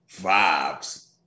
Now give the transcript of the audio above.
vibes